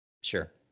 Sure